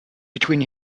between